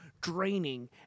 draining